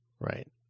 Right